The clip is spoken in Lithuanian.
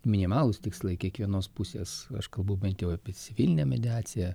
minimalūs tikslai kiekvienos pusės aš kalbu bent jau apie civilinę mediaciją